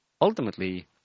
ultimately